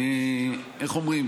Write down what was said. איך אומרים,